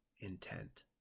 intent